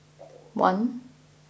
one